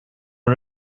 are